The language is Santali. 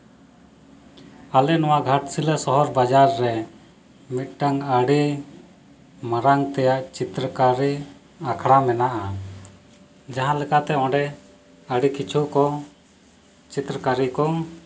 ᱟᱞᱮ ᱱᱚᱣᱟ ᱜᱷᱟᱴᱥᱤᱞᱟ ᱥᱚᱦᱚᱨ ᱵᱟᱡᱟᱨ ᱨᱮ ᱢᱤᱫᱴᱟᱱ ᱟᱹᱰᱤ ᱢᱟᱲᱟᱝ ᱛᱮᱭᱟᱜ ᱪᱤᱛᱨᱚ ᱠᱟᱹᱨᱤ ᱟᱠᱷᱲᱟ ᱢᱮᱱᱟᱜᱼᱟ ᱡᱟᱦᱟᱸ ᱞᱮᱠᱟᱛᱮ ᱚᱸᱰᱮ ᱟᱹᱰᱤ ᱠᱤᱪᱷᱩ ᱠᱚ ᱪᱤᱛᱨᱚ ᱠᱟᱹᱨᱤ ᱠᱚ